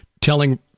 telling